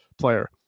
player